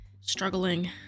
struggling